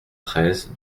treize